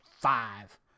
five